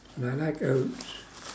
I like oats